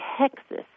texas